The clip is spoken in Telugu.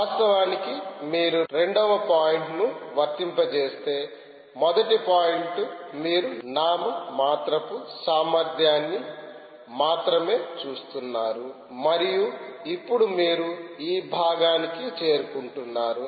వాస్తవానికి మీరు రెండవ పాయింట్ ను వర్తింపజేస్తే మొదటి పాయింట్ మీరు నామమాత్రపు సామర్థ్యాన్ని మాత్రమే చూస్తున్నారు మరియు ఇప్పుడు మీరు ఈ భాగానికి చేరుకుంటున్నారు